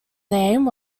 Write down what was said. name